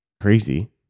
crazy